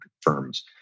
firms